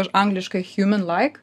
ir angliškai humanlike